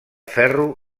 ferro